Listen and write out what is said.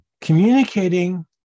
Communicating